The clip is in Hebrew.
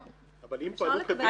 אבל אם הם פעלו כדין,